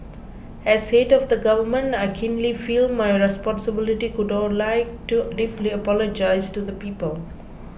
as head of the government I keenly feel my responsibility could all like to deeply apologise to the people